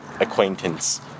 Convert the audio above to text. acquaintance